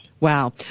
Wow